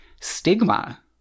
Stigma